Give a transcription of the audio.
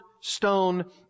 stone